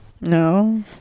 no